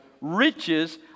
riches